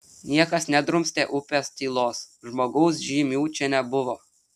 niekas nedrumstė upės tylos žmogaus žymių čia nebuvo